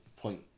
point